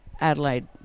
Adelaide